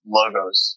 logos